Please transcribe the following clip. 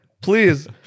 please